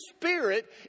Spirit